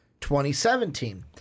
2017